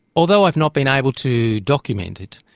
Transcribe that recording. although i've not been able to document it,